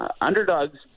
underdogs